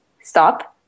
stop